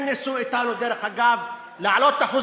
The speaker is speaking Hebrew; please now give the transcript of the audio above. הם ניסו אתנו, דרך אגב, להעלות את אחוז